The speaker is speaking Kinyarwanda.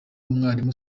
umwalimu